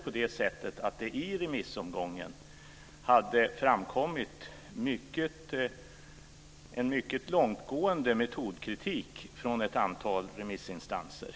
I remissomgången hade det framkommit en mycket långtgående metodkritik från ett antal remissinstanser.